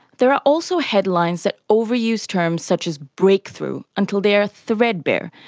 there are also headlines that overuse terms such as breakthrough, until they are threadbare,